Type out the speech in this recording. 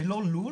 זה לא לול.